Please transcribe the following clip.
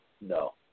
No